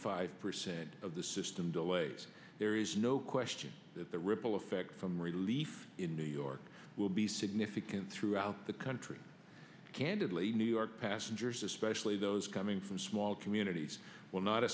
five percent of the system delays there is no question that the ripple effect from relief in new york will be significant throughout the country candidly new york passengers especially those coming from small communities will not